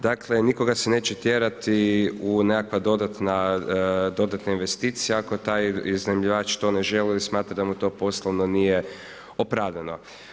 Dakle nikoga se neće tjerati u nekakve dodatne investicije ako taj iznajmljivač ne želi ili smatra da mu to poslovno nije opravdano.